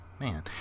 man